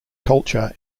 culture